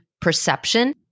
perception